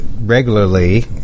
regularly